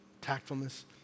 tactfulness